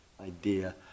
idea